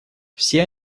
все